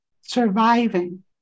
surviving